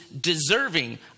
deserving